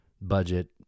budget